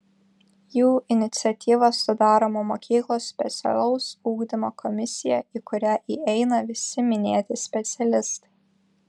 jų iniciatyva sudaroma mokyklos specialaus ugdymo komisija į kurią įeina visi minėti specialistai